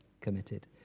committed